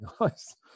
nice